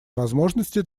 возможности